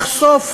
לחשוף